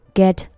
get